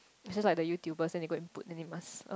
is just like the YouTubers then they go and put then they must uh